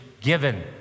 given